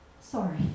Sorry